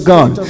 God